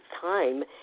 time